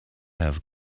have